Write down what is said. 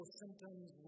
symptoms